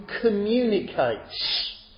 communicates